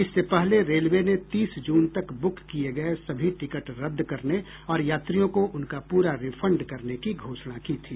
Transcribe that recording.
इससे पहले रेलवे ने तीस जून तक बुक किए गए सभी टिकट रद्द करने और यात्रियों को उनका पूरा रिफंड करने की घोषणा की थी